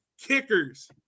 Kickers